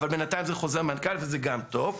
אבל בינתיים חוזר מנכ"ל זה גם טוב.